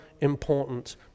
important